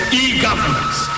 e-governance